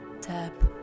tap